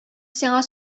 сиңа